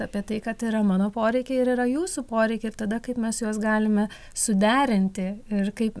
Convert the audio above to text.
apie tai kad yra mano poreikiai ir yra jūsų poreikiai ir tada kaip mes juos galime suderinti ir kaip